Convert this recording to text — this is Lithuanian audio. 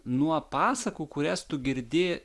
nuo pasakų kurias tu girdi